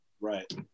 Right